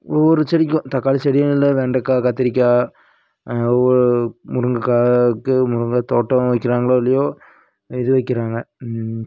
ஒவ்வொரு செடிக்கும் தக்காளி செடின்னு இல்லை வெண்டக்காய் கத்திரிக்காய் உ முருங்கக்காய் இருக்கு முருங்கை தோட்டம் வைக்கிறாங்களோ இல்லையோ இது வைக்கிறாங்க